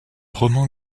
roman